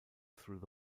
through